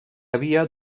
havia